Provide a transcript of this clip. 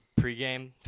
Pregame